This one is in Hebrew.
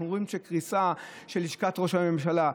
אנחנו רואים קריסה של לשכת ראש הממשלה,